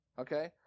okay